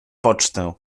pocztę